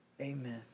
Amen